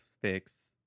fix